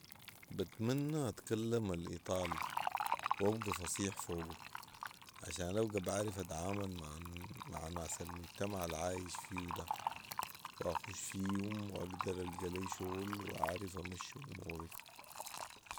بتمني اتكلم الايطالي وابقي فصيح فوقو، عشان ابقي بقدر اتعامل مع ناس المجتمع العايش فيو ده واخش فيهم واقدر القي لي شغل واعرف امشي اموري